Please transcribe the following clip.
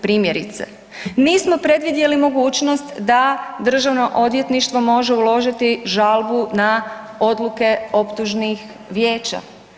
Primjerice nismo predvidjeli mogućnost da Državno odvjetništvo može uložiti žalbu na odluke optužnih vijeća.